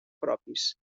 propis